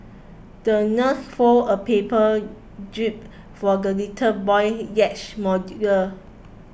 the nurse folded a paper jib for the little boy's yacht model